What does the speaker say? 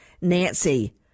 nancy